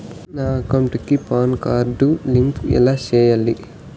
నా అకౌంట్ కి PAN card link ఎలా సేయాలి